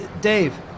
dave